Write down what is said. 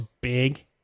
big